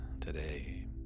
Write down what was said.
today